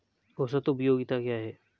औसत उपयोगिता क्या है?